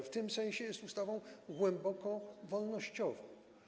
W tym sensie jest ustawą głęboko wolnościową.